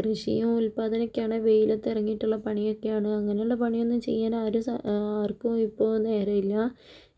കൃഷിയും ഉത്പാദനമൊക്കെയാണേ വെയിലത്ത് ഇറങ്ങിയിട്ടുള്ള പണിയൊക്കെയാണ് അങ്ങനെയുള്ള പണിയൊന്നും ചെയ്യാൻ ആരും ആർക്കും ഇപ്പോൾ നേരമില്ല